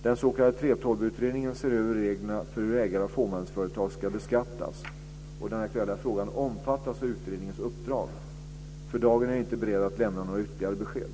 Den s.k. 3:12-utredningen ser över reglerna för hur ägare av fåmansföretag ska beskattas, och den aktuella frågan omfattas av utredningens uppdrag. För dagen är jag inte beredd att lämna några ytterligare besked.